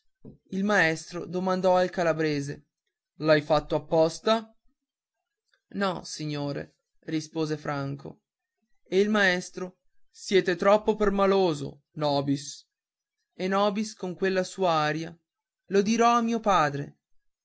il maestro domandò al calabrese l'hai fatto apposta no signore rispose franco e il maestro siete troppo permaloso nobis e nobis con quella sua aria lo dirò a mio padre